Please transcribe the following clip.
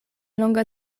longa